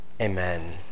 amen